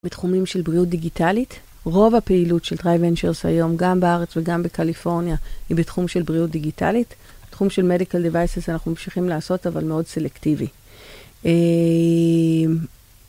בתחומים של בריאות דיגיטלית, רוב הפעילות של DriveVentures היום, גם בארץ וגם בקליפורניה, היא בתחום של בריאות דיגיטלית. תחום של Medical Devices אנחנו ממשיכים לעשות, אבל מאוד סלקטיבי.